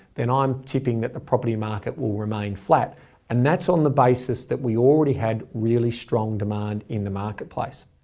then i'm tipping that the property market will remain flat and that's on the basis that we already had really strong demand in the marketplace.